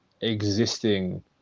existing